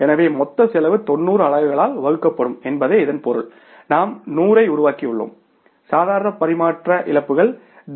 எனவே மொத்த செலவு 90 அலகுகளால் வகுக்கப்படும் என்பதே இதன் பொருள் நாம் 100 ஐ உருவாக்கியுள்ளோம் சாதாரண பரிமாற்ற இழப்புகள் டி